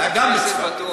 היה גם בצפת,